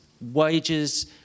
wages